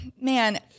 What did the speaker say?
Man